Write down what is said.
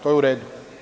To je u redu.